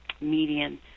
median